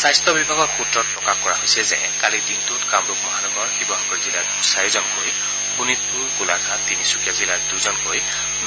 স্বাস্থ্য বিভাগৰ সূত্ৰত প্ৰকাশ কৰা হৈছে যে কালিৰ দিনটোত কামৰূপ মহানগৰ শিৱসাগৰ জিলাৰ চাৰিজনকৈ শোণিতপুৰ গোলাঘাট তিনিচুকীয়া জিলাৰ দুজনকৈ